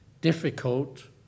difficult